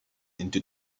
into